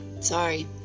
sorry